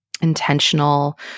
intentional